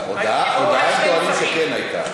הודעה טוענים שכן הייתה.